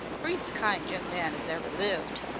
for e's a kind young man as ever lived,